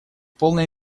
полной